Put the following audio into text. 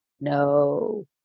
no